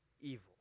evil